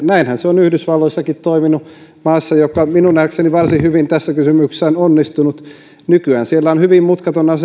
näinhän se on yhdysvalloissakin toiminut maassa joka minun nähdäkseni varsin hyvin tässä kysymyksessä on onnistunut nykyään siellä on hyvin mutkaton